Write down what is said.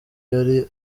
yari